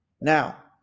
Now